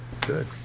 Good